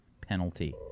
penalty